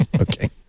Okay